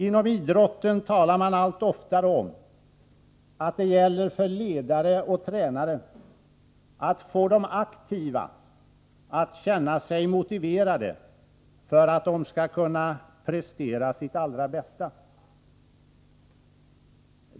Inom idrotten talar man allt oftare om att det gäller för ledare och tränare att få de aktiva att känna sig motiverade för att de skall kunna prestera sitt allra bästa.